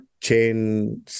chain